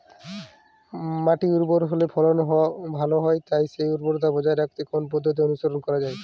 মাটি উর্বর হলে ফলন ভালো হয় তাই সেই উর্বরতা বজায় রাখতে কোন পদ্ধতি অনুসরণ করা যায়?